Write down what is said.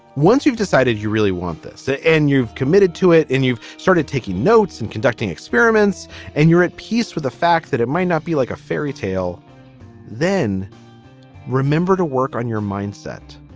once you've decided you really want this ah and you've committed to it and you've started taking notes and conducting experiments and you're at peace with the fact that it might not be like a fairy tale then remember to work on your mindset.